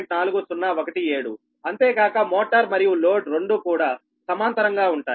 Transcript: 4017అంతేకాక motor మరియు load రెండూ కూడా సమాంతరంగా ఉంటాయి